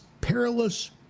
perilous